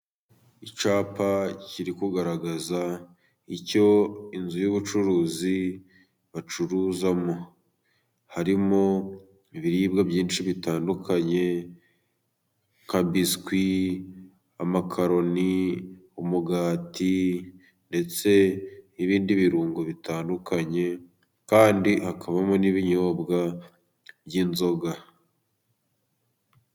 Icyapa kiri kugaragaza icyo inzu y'ubucuruzi bacuruzamo. Harimo ibiribwa byinshi bitandukanye nka biswi, amakaroni, umugati ndetse n'ibindi birungo bitandukanye. Kandi hakabamo n'ibinyobwa by'inzoga.